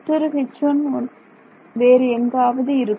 மற்றொரு H1 ஒன்று வேறு எங்காவது இருக்கும்